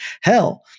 Hell